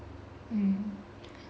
mm